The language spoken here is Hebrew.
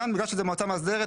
כאן בגלל שזו מועצה מאסדרת,